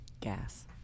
gas